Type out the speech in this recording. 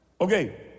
Okay